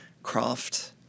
craft